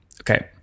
Okay